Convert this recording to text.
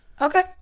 Okay